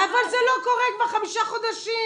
אבל זה לא קורה כבר חמישה חודשים.